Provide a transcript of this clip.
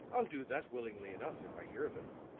i'll do that willingly enough, if i hear of him.